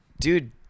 dude